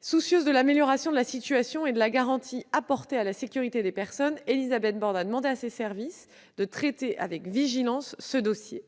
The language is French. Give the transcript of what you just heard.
Soucieuse de l'amélioration de la situation et de la garantie apportée à la sécurité des personnes, Élisabeth Borne a demandé elle-même à ses services de traiter ce dossier